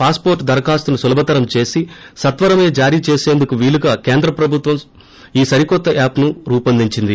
passport దరఖాస్తును సులభతరం చేసి సత్వరమే జారీ చేసేందుకు వీలుగా కేంద్ర ప్రభుత్వం ఈ సరికొత్త యాప్ను రూపొందించింది